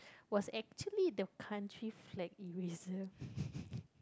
was actually the country flat eraser